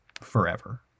forever